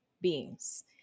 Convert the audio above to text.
beings